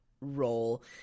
role